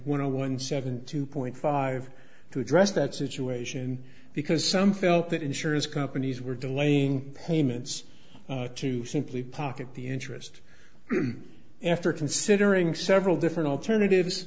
zero one seven two point five to address that situation because some felt that insurance companies were delaying payments to simply pocket the interest after considering several different alternatives